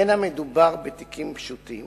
אין מדובר בתיקים פשוטים